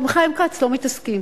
עם חיים כץ לא מתעסקים,